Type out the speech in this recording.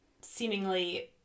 seemingly